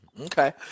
Okay